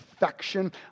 affection